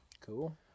Cool